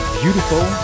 beautiful